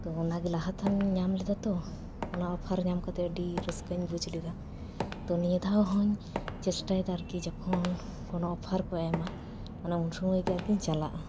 ᱛᱚ ᱚᱱᱟᱜᱮ ᱞᱟᱦᱟᱛᱷᱟᱱ ᱦᱚᱸᱧ ᱧᱟᱢ ᱞᱮᱫᱟ ᱛᱚ ᱚᱱᱟ ᱚᱯᱷᱟᱨ ᱧᱟᱢ ᱠᱟᱛᱮᱫ ᱟᱹᱰᱤ ᱨᱟᱹᱥᱠᱟᱹᱧ ᱵᱩᱡᱽ ᱞᱮᱫᱟ ᱛᱚ ᱱᱤᱭᱟᱹ ᱫᱷᱟᱣ ᱦᱚᱸᱧ ᱪᱮᱥᱴᱟᱭᱮᱫᱟ ᱟᱨᱠᱤ ᱡᱚᱠᱷᱚᱱ ᱠᱚᱱᱚ ᱚᱯᱷᱟᱨ ᱠᱚ ᱮᱢᱟ ᱚᱱᱮ ᱩᱱᱥᱩᱢᱟᱹᱭ ᱜᱮ ᱟᱨᱠᱤᱧ ᱪᱟᱞᱟᱜᱼᱟ